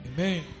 Amen